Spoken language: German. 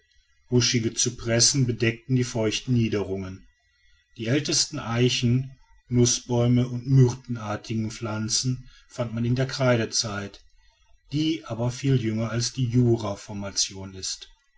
buschige cypressen bedeckten die feuchten niederungen die ältesten eichen nußbäume und myrtenartigen pflanzen fand man in der kreidezeit die aber viel jünger als die juraformation ist